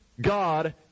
God